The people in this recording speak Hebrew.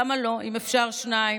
למה לא, אם אפשר שניים?